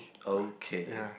okay